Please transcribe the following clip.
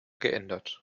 geändert